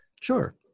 Sure